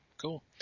Cool